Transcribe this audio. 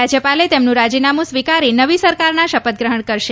રાજ્યપાલે તેમનું રાજીનામું સ્વીકારી નવી સરકારના શપથગ્રહણ કરશે